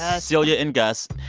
ah cecelia and gus,